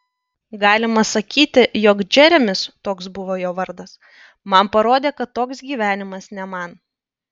galima sakyti jog džeremis toks buvo jo vardas man parodė kad toks gyvenimas ne man